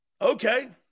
Okay